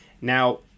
Now